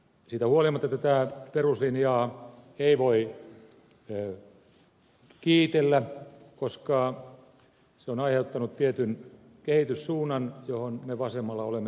siitä huolimatta tätä peruslinjaa ei voi kiitellä koska se on aiheuttanut tietyn kehityssuunnan johon me vasemmalla olemme tyytymättömiä